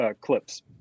clips